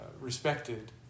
respected